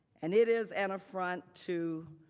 and it is an affront to